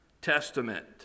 Testament